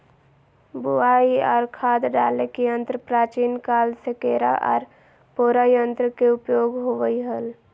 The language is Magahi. बुवाई आर खाद डाले के यंत्र प्राचीन काल से केरा आर पोरा यंत्र के उपयोग होवई हल